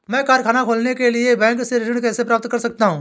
मैं कारखाना खोलने के लिए बैंक से ऋण कैसे प्राप्त कर सकता हूँ?